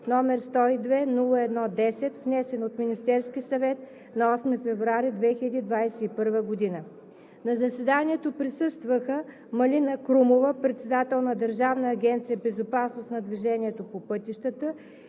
№ 102-01-10, внесен от Министерския съвет на 8 февруари 2021 г. На заседанието присъстваха: Малина Крумова – председател на Държавна агенция „Безопасност на движението по пътищата“,